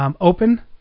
open